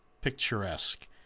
Picturesque